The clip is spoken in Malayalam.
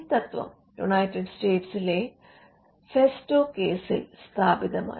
ഈ തത്വം യുണൈറ്റഡ് സ്റ്റേറ്റ്സിലെ ഫെസ്റ്റോ കേസിൽ സ്ഥാപിതമായി